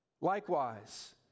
Likewise